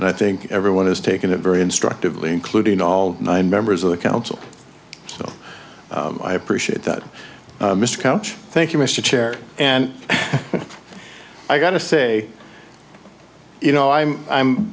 i think everyone is taking it very instructively including all nine members of the council so i appreciate that mr coach thank you mr chair and i got to say you know i'm i'm